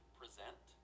present